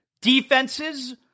Defenses